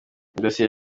dosiye